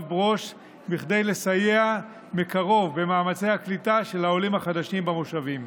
ברוש כדי לסייע מקרוב במאמצי הקליטה של העולים החדשים במושבים.